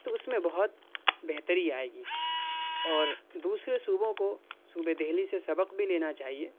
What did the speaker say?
تو اُس میں بہت بہتری آئے گی اور دوسرے صوبوں کو صوبہ دہلی سے سبق بھی لینا چاہیے